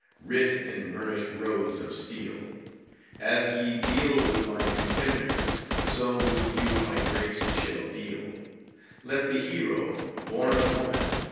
writ in burnished rows of steel as ye deal with my contemners, so with you my grace shall deal let the hero, born of woman,